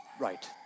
right